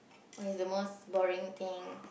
what is the most boring thing